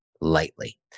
lightly